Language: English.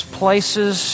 places